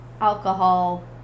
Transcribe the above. alcohol